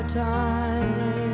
time